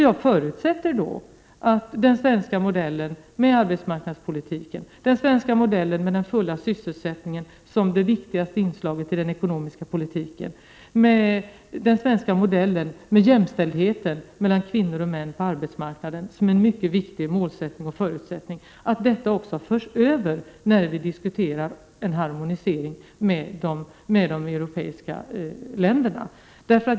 Jag förutsätter då att den svenska modellen, med arbetsmarknadspolitiken med den fulla sysselsättningen som det viktigaste inslaget i den ekonomiska politiken, och med jämställdheten mellan kvinnor och män på arbetsmarknaden, som är en mycket viktig målsättning och förutsättning, också förs över i diskussionen om en harmonisering med de europeiska länderna.